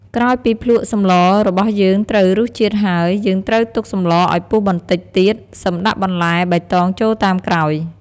ក្រោយពីភ្លក្សសម្លរបស់យើងត្រូវរសជាតិហើយ យើងត្រូវទុកសម្លឱ្យពុះបន្តិចទៀត សិមដាក់បន្លែបៃតងចូលតាមក្រោយ។